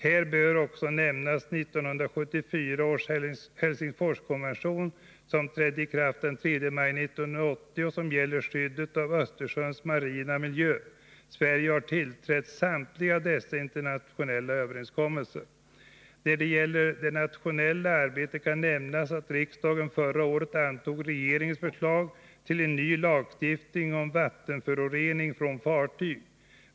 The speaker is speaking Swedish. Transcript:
Här bör också nämnas 1974 års Helsingforskonvention, som trädde i kraft den 3 maj 1980 och som gäller skyddet av Östersjöns marina miljö. Sverige har tillträtt samtliga dessa internationella överenskommelser. När det gäller det nationella arbetet kan nämnas att riksdagen förra året antog regeringens förslag till en ny lagstiftning om vattenförorening från fartyg.